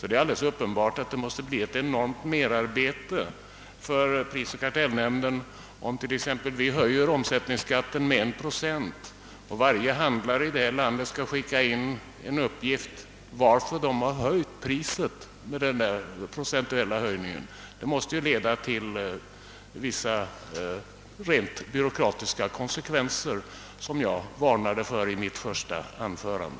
Det är alldeles uppenbart att det måste bli ett enormt merarbete för prisoch kartellnämnden om vi t.ex. höjer omsättningsskatten med 1 procent och varje handlare över hela landet skall skicka in en uppgift om varför de höjer sina priser i motsvarande mån. Detta skulle leda till vissa rent byråkratiska konsekvenser, som jag varnade för i mitt första anförande.